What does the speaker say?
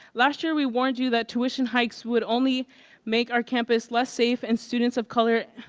last year we warned you that tuition hikes would only make our campus less safe and students of color